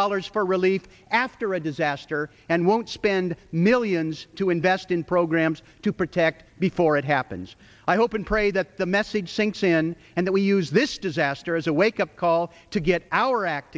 dollars for relief after a disaster and won't spend millions to invest in programs to protect before it happens i hope and pray that the message sinks in and that we use this disaster as a wake up call to get our act